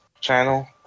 channel